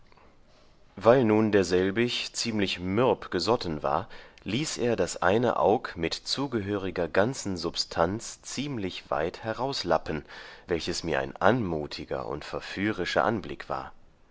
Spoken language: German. weil nun derselbig ziemlich mürb gesotten war ließ er das eine aug mit zugehöriger ganzen substanz ziemlich weit herauslappen welches mir ein anmutiger und verführischer anblick war